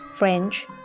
French